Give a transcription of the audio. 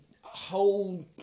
whole